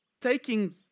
taking